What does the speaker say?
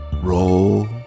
Roll